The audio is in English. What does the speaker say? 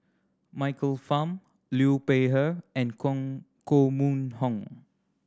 Michael Fam Liu Peihe and Koh Mun Hong